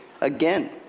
Again